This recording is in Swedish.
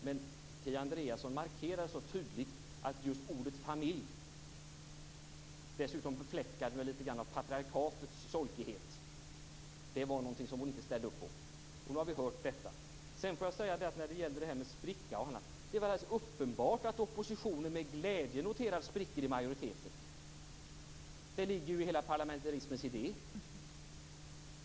Men Kia Andreasson markerar så tydligt att hon inte ställer sig bakom just ordet familj, dessutom befläckat med lite av patriarkatets solkighet. Nu har vi hört detta. Det är alldeles uppenbart att oppositionen med glädje noterar sprickor i majoriteten. Det ligger ju i hela parlamentarismens idé.